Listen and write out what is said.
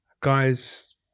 guys